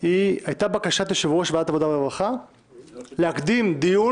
הוא בקשת יושב-ראש ועדת העבודה והרווחה להקדים דיון